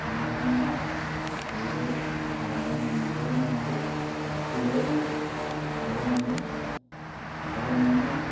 ꯃꯌꯥꯝ ꯑꯃ ꯂꯩꯔꯦ ꯂꯥꯏꯌꯦꯡꯕ ꯉꯝꯗꯕ ꯃꯌꯥꯝꯗꯨ ꯍꯧꯖꯤꯛꯇꯤ ꯂꯣꯏꯅ ꯂꯥꯏꯌꯦꯡꯂꯦ ꯒꯣꯚ꯭ꯔꯟꯃꯦꯟꯅ